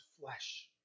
flesh